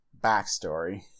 backstory